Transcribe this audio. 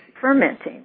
fermenting